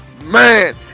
Man